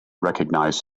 recognize